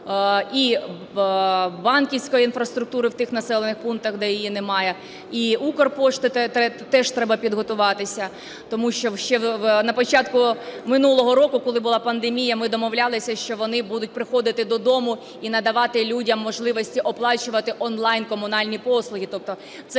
і банківської інфраструктури в тих населених пунктах, де її немає. І Укрпошті теж треба підготуватися, тому що ще на початку минулого року, коли була пандемія, ми домовлялися, що вони будуть приходити додому і надавати людям можливості оплачувати онлайн комунальні послуги, тобто це